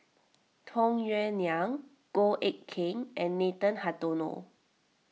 Tung Yue Nang Goh Eck Kheng and Nathan Hartono